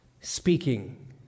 speaking